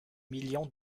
millions